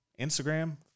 instagram